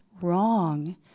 wrong